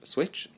Switch